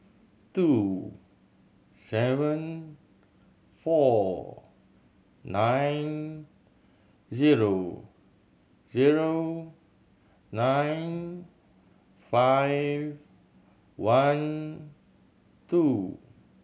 two seven four nine zero zero nine five one two